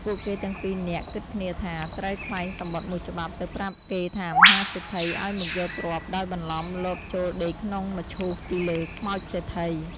ពួកគេទាំងពីរនាក់គិតគ្នាថា ត្រូវក្លែងសំបុត្រ១ច្បាប់ទៅប្រាប់គេថាមហាសេដ្ឋីឱ្យមកយកទ្រព្យដោយបន្លំលបចូលដេកក្នុងមឈូសពីលើខ្មោចសេដ្ឋី។